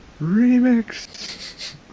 Remix